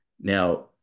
Now